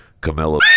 Camilla